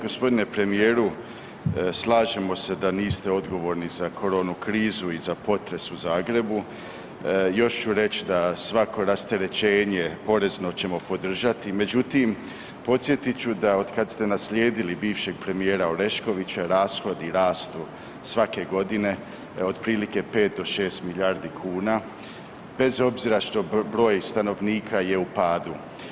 Gospodine premijeru, slažemo se da niste odgovorni za koronu krizu i za potres u Zagrebu, još ću reći da svako rasterećenje porezno ćemo podržati, međutim podsjetit ću da od kada ste naslijedili bivšeg premijera Oreškovića rashodi rastu svake godine otprilike 5 do 6 milijardi kuna, bez obzira što broj stanovnika je u padu.